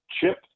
Chip